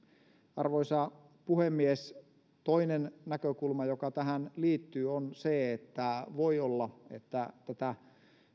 arvoisa puhemies toinen näkökulma joka tähän liittyy on se että voi olla että tätä